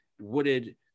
wooded